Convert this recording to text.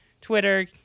Twitter